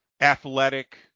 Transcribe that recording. athletic